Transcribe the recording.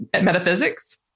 metaphysics